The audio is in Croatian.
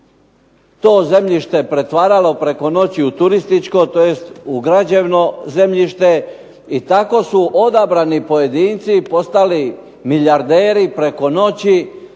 to zemljište pretvaralo preko noći u turističkoj tj. u građevno zemljište i tako su odabrani pojedinci postali milijarderi preko noći